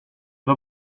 var